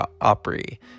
Opry